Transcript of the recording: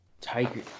Tiger